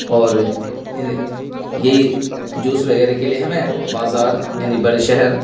اور یہی جوس وغیرہ کے لیے ہمیں بازار یعنی بڑے شہر